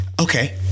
okay